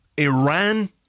Iran